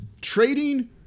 trading